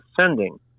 sending